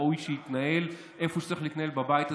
וראוי שהוא יתנהל איפה שיתנהל בבית הזה,